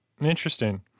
Interesting